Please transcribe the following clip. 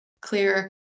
clear